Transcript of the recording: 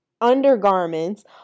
undergarments